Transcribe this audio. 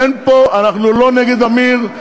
אין פה, אנחנו לא נגד עמיר.